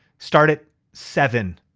start at seven.